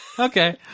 Okay